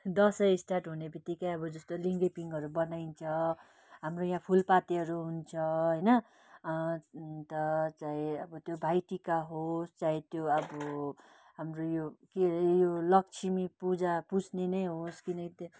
Dashain start हुने बित्तिकै अब जस्तो लिङ्गेपिङहरू बनाइन्छ हाम्रो यहाँ फुलपातीहरू हुन्छ होइन अन्त चाहिँ अब त्यो भाइटिका होस् चाहे त्यो अब हाम्रो यो के हरे यो लक्ष्मी पूजा पुज्ने नै होस् किनकि